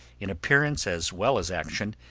in appearance as well as action,